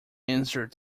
answered